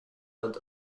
and